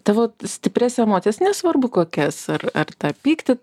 tavo stiprias emocijas nesvarbu kokias ar ar tą pyktį